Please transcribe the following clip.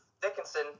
Dickinson